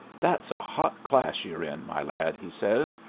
that's a hot class you're in, my lad, he says,